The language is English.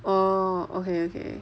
orh okay okay